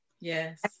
yes